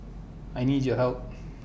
I need your help